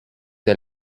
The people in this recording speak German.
der